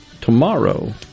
tomorrow